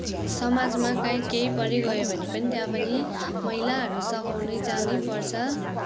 समाजमा कहीँ केही परि गयो भने पनि त्यहाँ पनि महिलाहरू सघाउन जानै पर्छ